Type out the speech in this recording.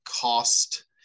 cost